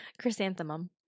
Chrysanthemum